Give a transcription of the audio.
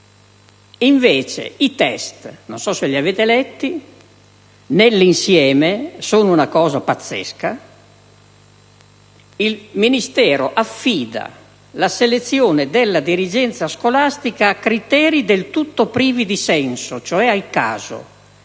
nell'insieme - non so se li avete letti - sono una cosa pazzesca. Di fatto, il Ministero affida la selezione della dirigenza scolastica a criteri del tutto privi di senso, cioè al caso.